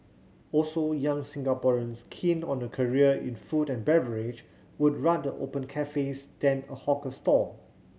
also young Singaporeans keen on a career in food and beverage would rather open cafes than a hawker stall